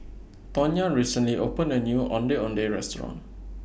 Tonya recently opened A New Ondeh Ondeh Restaurant